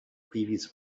previous